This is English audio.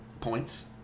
points